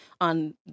on